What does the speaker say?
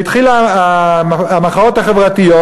והתחילו המחאות החברתיות,